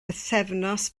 bythefnos